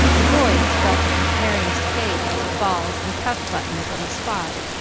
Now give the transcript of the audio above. the boys fell to comparing skates, balls, and cuff-buttons on the spot,